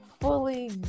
fully